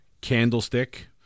Candlestick